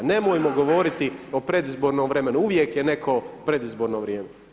Nemojmo govoriti o predizbornom vremenu, uvijek je neko predizborno vrijeme.